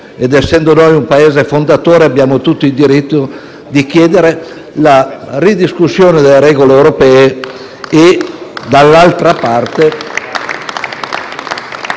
che, essendo noi un Paese fondatore, abbiamo tutto il diritto di chiedere la ridiscussione delle regole europee *(Applausi dal